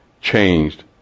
changed